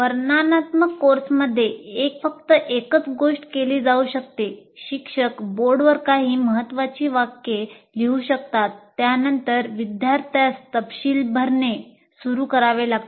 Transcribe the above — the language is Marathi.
वर्णनात्मक कोर्समध्ये फक्त एकच गोष्ट केली जाऊ शकते शिक्षक बोर्डवर काही महत्त्वाची वाक्ये लिहू शकतात त्यानंतर विद्यार्थ्यास तपशील भरणे सुरू करावे लागते